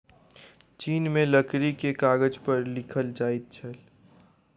चीन में लकड़ी के कागज पर लिखल जाइत छल